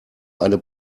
eine